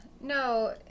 No